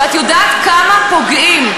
ואת יודעת כמה פוגעים,